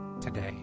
today